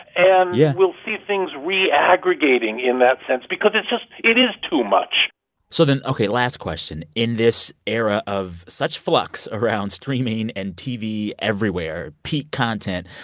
and. yeah. we'll see things reaggregating in that sense because it's just it is too much so then ok. last question in this era of such flux around streaming and tv everywhere, everywhere, peak content,